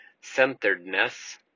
centeredness